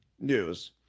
news